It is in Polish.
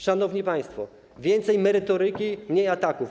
Szanowni państwo, więcej merytoryki, mniej ataków.